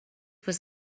was